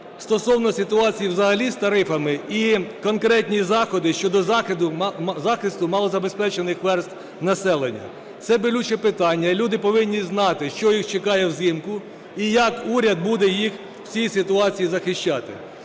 стосовно ситуації взагалі з тарифами і конкретні заходи щодо захисту малозабезпечених верств населення. Це болюче питання, і люди повинні знати, що їх чекає взимку і як уряд буде їх в цій ситуації захищати?